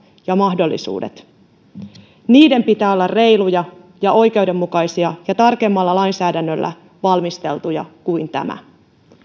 ja mahdollisuuksien pitää olla reiluja ja oikeudenmukaisia ja tarkemmalla lainsäädännöllä valmisteltuja kuin tämä